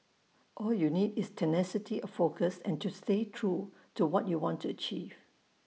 all you need is tenacity of focus and to stay true to what you want to achieve